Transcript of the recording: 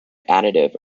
additive